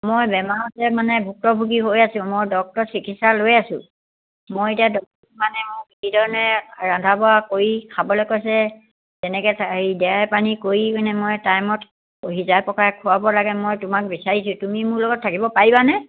মই বেমাৰতে মানে ভুক্তভোগী হৈ আছোঁ মই ডক্টৰৰ চিকিৎসা লৈ আছোঁ মই এতিয়া ডক্টৰে মানে মোক কিধৰণে ৰন্ধা বঢ়া কৰি খাবলৈ কৈছে তেনেকৈ হেৰি দেৱাই পানী কৰি মানে মই টাইমত সিজাই পকাই খোৱাব লাগে মই তোমাক বিচাৰিছোঁ তুমি মোৰ লগত থাকিব পাৰিবানে